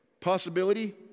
Possibility